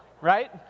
right